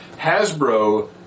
Hasbro